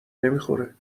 نمیخوره